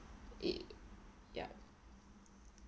it yup